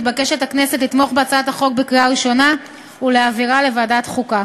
הכנסת מתבקשת לתמוך בהצעת החוק בקריאה ראשונה ולהעבירה לוועדת החוקה.